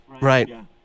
Right